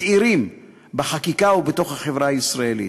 צעירים בחקיקה או בתוך החברה הישראלית.